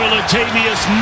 Latavius